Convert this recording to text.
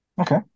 Okay